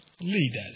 leaders